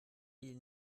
ils